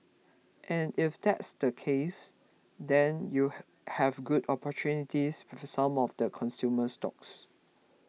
and if that's the case then you have good opportunities with some of the consumer stocks